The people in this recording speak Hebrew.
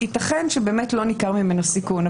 יתכן שבאמת לא ניכר ממנו סיכון,